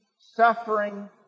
suffering